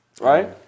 right